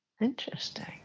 Interesting